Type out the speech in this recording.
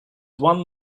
one